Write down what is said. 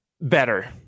better